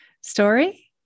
story